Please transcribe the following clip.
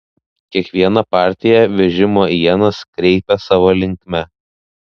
kiekviena partija vežimo ienas kreipė savo linkme